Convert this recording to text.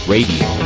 Radio